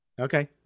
Okay